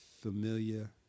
familiar